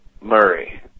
Murray